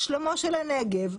לשלומו של הנגב,